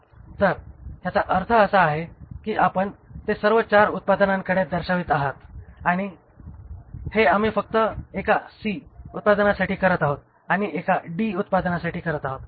तर याचा अर्थ असा आहे की आपण ते सर्व चार उत्पादनांकडे दर्शवित आहात आणि हे आम्ही फक्त एका सी उत्पादनासाठी करीत आहोत आणि एका डी उत्पादनासाठी करत आहोत